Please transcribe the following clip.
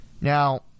Now